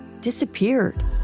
disappeared